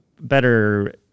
better